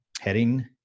Heading